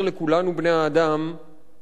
בני-האדם: עצור.